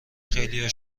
خیلیا